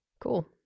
Cool